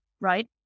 right